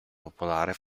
popolare